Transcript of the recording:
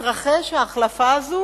תתרחש ההחלפה הזאת